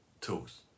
tools